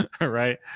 right